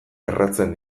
erratzen